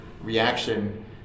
reaction